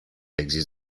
existe